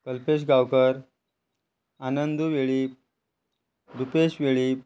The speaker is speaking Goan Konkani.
कल्पेश गांवकर आनंदू वेळीप रुपेश वेळीप